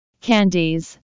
candies